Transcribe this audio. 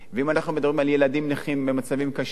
ואם אנחנו מדברים על ילדים נכים במצבים קשים,